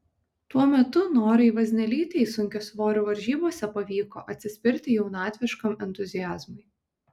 tuo metu norai vaznelytei sunkiasvorių varžybose pavyko atsispirti jaunatviškam entuziazmui